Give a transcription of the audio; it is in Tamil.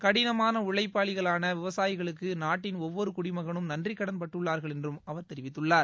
கடினமான உழைப்பாளிகளான விவசாயிகளுக்கு நாட்டின் ஒவ்வொரு குடிமகனும் நன்றி கடன்பட்டுள்ளார்கள் என்றும் அவர் தெரிவித்துள்ளார்